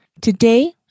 Today